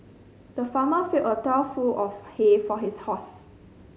the farmer filled a trough full of hay for his horse